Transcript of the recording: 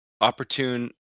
opportune